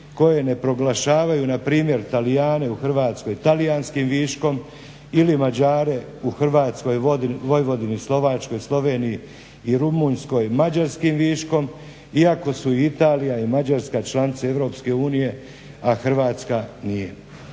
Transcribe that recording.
koje ne proglašavaju npr. Talijane u Hrvatskoj talijanskim viškom ili Mađare u hrvatskoj Vojvodini, Slovačkoj, Sloveniji i Rumunjskoj mađarskim viškom iako su Italija i Mađarska članica EU a Hrvatska nije.